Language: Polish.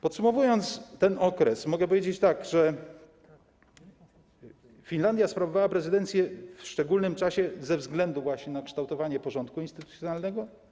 Podsumowując ten okres, mogę powiedzieć, że Finlandia sprawowała prezydencję w szczególnym czasie właśnie ze względu na kształtowanie porządku instytucjonalnego.